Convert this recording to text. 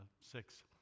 six